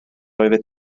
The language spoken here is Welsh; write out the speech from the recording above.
oeddet